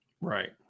Right